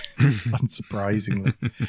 unsurprisingly